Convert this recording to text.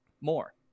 more